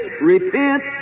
Repent